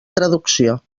traducció